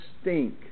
stink